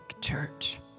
church